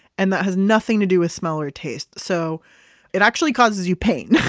and that has nothing to do with smell or taste. so it actually causes you pain.